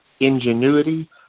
ingenuity